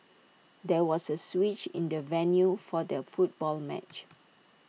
there was A switch in the venue for the football match